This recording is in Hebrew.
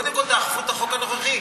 קודם כול תאכפו את החוק הנוכחי.